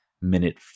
minute